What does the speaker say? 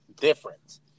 difference